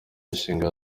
mishinga